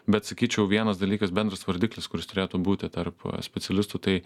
bet sakyčiau vienas dalykas bendras vardiklis kuris turėtų būti tarp specialistų tai